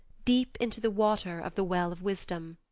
deep into the water of the well of wisdom.